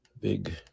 big